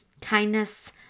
kindness